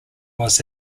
was